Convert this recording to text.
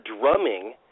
drumming